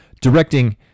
Directing